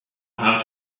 how